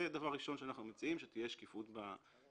זה דבר ראשון שאנחנו מציעים, שתהיה שקיפות בתהליך.